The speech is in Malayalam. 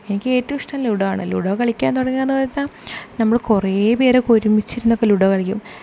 എനിക്ക് ഏറ്റവും ഇഷ്ട്ടം ലുഡാണ് ലുഡോ കളിക്കാൻ തുടങ്ങിന്നുപറഞ്ഞാൽ നമ്മൾ കുറെ പേര് ഒരുമിച്ചിരുന്നൊക്കെ ലുഡോ കളിക്കും